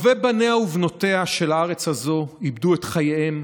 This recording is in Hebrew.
טובי בניה ובנותיה של הארץ הזו איבדו את חייהם